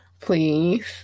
please